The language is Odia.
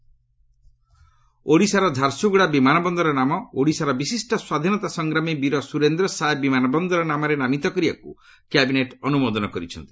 ଆଡ଼୍ କ୍ୟାବିନେଟ୍ ଓଡ଼ିଶାର ଝାରସୁଗୁଡ଼ା ବିମାନବନ୍ଦରର ନାମ ଓଡ଼ିଶାର ବିଶିଷ୍ଟ ସ୍ୱାଧୀନତା ସଂଗ୍ରାମୀ ବୀର ସୁରେନ୍ଦ୍ର ସାଏ ବିମାନବନ୍ଦର ନାମରେ ନାମିତ କରିବାକୁ କ୍ୟାବିନେଟ୍ ଅନ୍ତ୍ରମୋଦନ କରିଛନ୍ତି